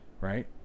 right